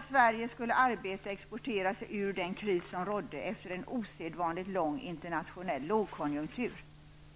Sverige skulle arbeta och exportera sig ur den kris som rådde efter en osedvanligt lång internationell lågkonjunktur.